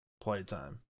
playtime